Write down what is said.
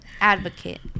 advocate